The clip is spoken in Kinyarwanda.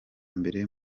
mbere